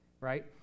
right